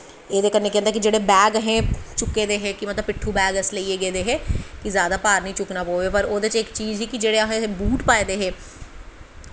एह्दे कन्नै केह् होंदा कि जेह्ड़े बैग हे चुक्के दे कि मतलब पिट्ठू बैग अस लेइयै गेदे हे कि जैदा भार नेईं चुकना पर ओह्दे च इक चीज ही केह् जेह्ड़े असें बूट पाए दे हे